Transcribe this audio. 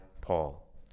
paul